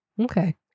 Okay